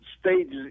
stages